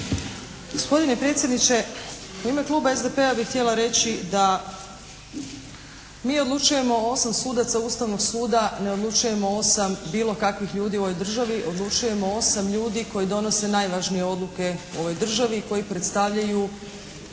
Gospodine predsjedniče u ime kluba SDP-a bi htjela reći da mi odlučujemo o osam sudaca Ustavnog suda, ne odlučujemo o osam bilo kakvih ljudi u ovoj državi, odlučujemo o osam ljudi koji donose najvažnije odluke u ovoj državi i koji predstavljaju